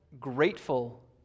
grateful